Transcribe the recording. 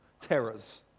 terrors